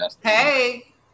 hey